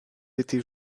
été